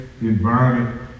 environment